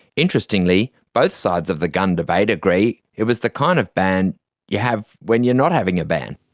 interestingly, both sides of the gun debate agree it was the kind of ban you have when you're not having a ban.